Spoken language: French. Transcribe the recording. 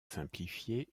simplifiée